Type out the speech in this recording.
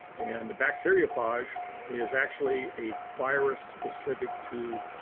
and the bacteriophage is actually a virus specific to